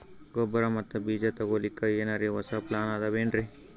ಗೊಬ್ಬರ ಮತ್ತ ಬೀಜ ತೊಗೊಲಿಕ್ಕ ಎನರೆ ಹೊಸಾ ಪ್ಲಾನ ಬಂದಾವೆನ್ರಿ?